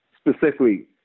specifically